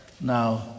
now